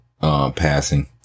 passing